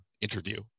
interview